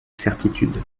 certitude